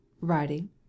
writing